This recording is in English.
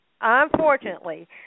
unfortunately